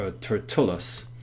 Tertullus